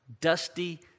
dusty